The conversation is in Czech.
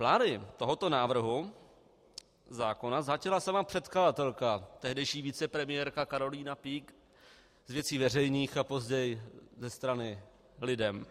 Plány tohoto návrhu zákona zhatila sama předkladatelka, tehdejší vicepremiérka Karolína Peake z Věcí veřejných a později ze strany LIDEM.